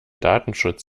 datenschutz